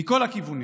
מכל הכיוונים.